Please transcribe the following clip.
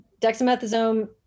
dexamethasone